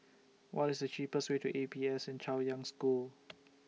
What IS The cheapest Way to A P S N Chaoyang School